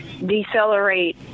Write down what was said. decelerate